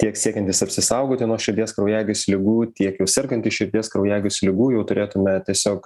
tiek siekiantys apsisaugoti nuo širdies kraujagyslių ligų tiek jau sergantys širdies kraujagyslių ligų jau turėtume tiesiog